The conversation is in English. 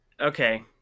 okay